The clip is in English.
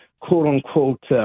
quote-unquote